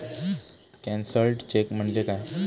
Cancelled cheque म्हणजे काय?